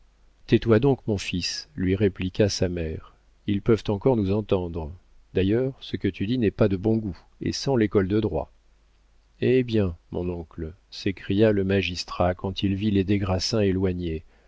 tais-toi donc mon fils lui répliqua sa mère ils peuvent encore nous entendre d'ailleurs ce que tu dis n'est pas de bon goût et sent l'école de droit eh bien mon oncle s'écria le magistrat quand il vit les des grassins éloignés